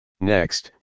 next